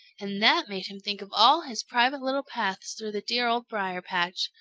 and that made him think of all his private little paths through the dear old briar-patch,